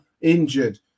injured